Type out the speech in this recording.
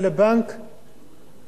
הוא חייב לפרוס את זה.